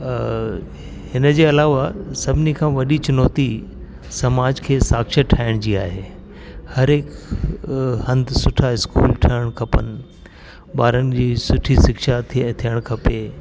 अ हिन जे अलावा सभिनी खां वॾी चुनौती समाज खे साक्षर ठाहिण जी आहे हर हिक हंधि सुठा स्कूल ठहण खपनि ॿारनि जी सुठा शिक्षा थिए थियणु खपे